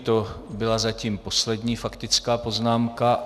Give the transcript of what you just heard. To byla zatím poslední faktická poznámka.